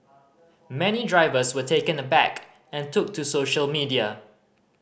many drivers were taken aback and took to social media